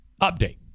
Update